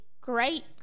great